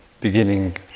beginning